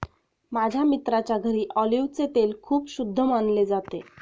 माझ्या मित्राच्या घरी ऑलिव्हचे तेल खूप शुद्ध मानले जाते